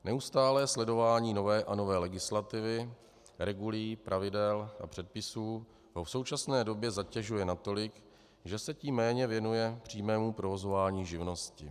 Neustálé sledování nové a nové legislativy, regulí, pravidel a předpisů ho v současné době zatěžuje natolik, že se tím méně věnuje přímému provozování živnosti.